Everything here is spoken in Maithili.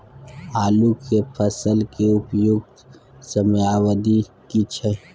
आलू के फसल के उपयुक्त समयावधि की छै?